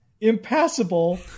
impassable